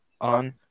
on